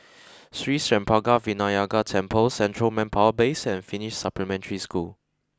Sri Senpaga Vinayagar Temple Central Manpower Base and Finnish Supplementary School